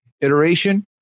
iteration